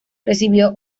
recibió